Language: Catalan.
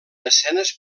escenes